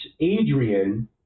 Adrian